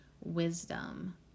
wisdom